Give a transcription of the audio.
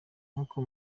nkuko